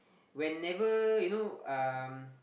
whenever you know um